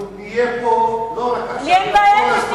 אנחנו נהיה פה לא רק עכשיו אלא כל הזמן,